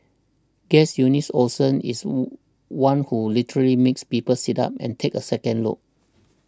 guess Eunice Olsen is oh one who will literally make people sit up and take a second look